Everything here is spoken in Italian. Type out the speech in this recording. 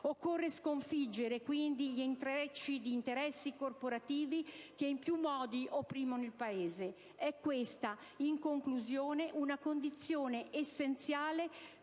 Occorre sconfiggere, quindi, gli intrecci di interessi corporativi che in più modi opprimono il Paese; è questa, in conclusione, una condizione essenziale